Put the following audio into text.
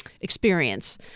experience